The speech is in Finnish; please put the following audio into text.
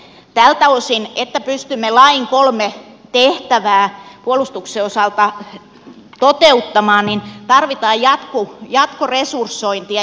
tältä osin että pystymme lain kolme tehtävää puolustuksen osalta toteuttamaan tarvitaan jatkoresursointia